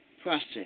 process